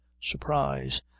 surprise